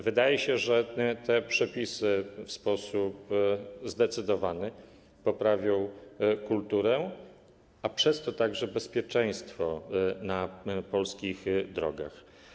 Wydaje się, że te przepisy w sposób zdecydowany poprawią kulturę, a przez to także bezpieczeństwo na polskich drogach.